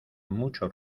mucho